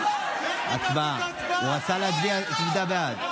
הצבעה, הוא רצה להביע עמדה בעד.